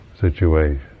situation